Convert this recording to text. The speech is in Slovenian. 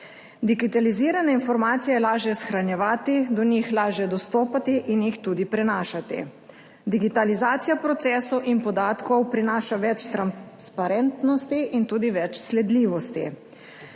Digitalizirane informacije je lažje shranjevati, do njih lažje dostopati in jih tudi prenašati. Digitalizacija procesov in podatkov prinaša več transparentnosti in tudi več sledljivosti.